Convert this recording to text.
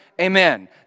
Amen